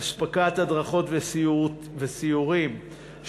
הדרכות וסיורים,